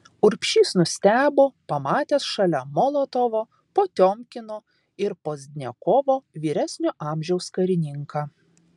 urbšys nustebo pamatęs šalia molotovo potiomkino ir pozdniakovo vyresnio amžiaus karininką